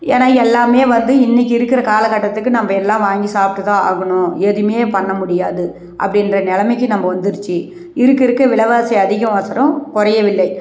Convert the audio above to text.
ஏனால் எல்லாமே வந்து இன்றைக்கி இருக்கிற காலக்கட்டத்துக்கு நம்ப எல்லாம் வாங்கி சாப்பிட்டுதான் ஆகணும் எதுவுமே பண்ண முடியாது அப்படின்ற நிலமைக்கி நம்ம வந்துருச்சு இருக்க இருக்க விலைவாசி அதிகம் உசரம் குறையவில்லை